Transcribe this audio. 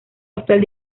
actual